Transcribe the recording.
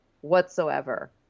whatsoever